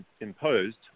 imposed